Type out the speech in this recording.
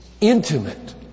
intimate